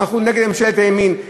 הן הלכו נגד ממשלת הימין.